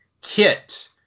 kit